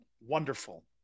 wonderful